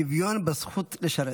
שוויון בזכות לשרת.